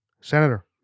Senator